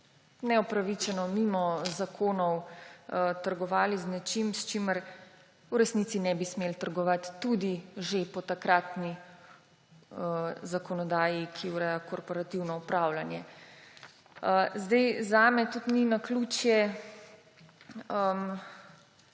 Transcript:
neupravičeno, mimo zakonov trgovali z nečim, s čimer v resnici ne bi smeli trgovati tudi že po takratni zakonodaji, ki ureja korporativno upravljanje. Zame tudi ni naključje